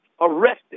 arrested